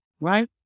Right